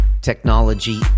technology